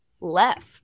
left